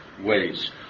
ways